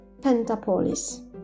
Pentapolis